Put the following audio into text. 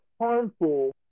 harmful